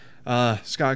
Scott